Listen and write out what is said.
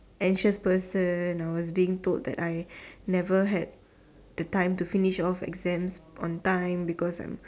anxious person or was being told that I never had the time to finish off exams on time because I'm